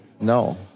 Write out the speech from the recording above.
no